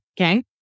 Okay